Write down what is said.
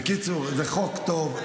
בקיצור, זה חוק טוב,